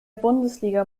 bundesliga